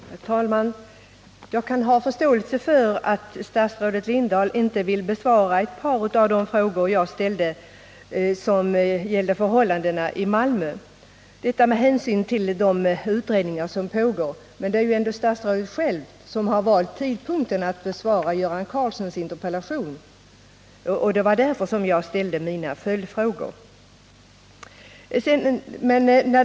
Herr talman! Jag kan ha förståelse för att statsrådet Lindahl med hänsyn till de utredningar som pågår inte vill besvara ett par av de frågor jag ställde och som gällde förhållandena i Malmö. Men det är ju statsrådet själv som har valt tidpunkten för besvarandet av Göran Karlssons interpellation, och det var därför som jag ställde mina följdfrågor.